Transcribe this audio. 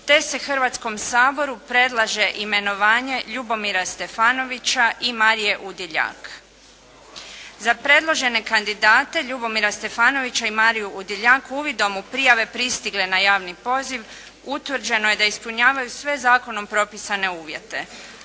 te se Hrvatskom Saboru predlaže imenovanje Ljubomira Stefanovića i Marije Udiljak. Za predložene kandidate, Ljubomira Stefanovića i Mariju Udiljak uvidom u prijave pristigle na javni poziv utvrđeno je da ispunjavaju sve zakonom propisane uvjete.